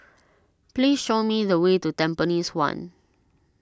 please show me the way to Tampines one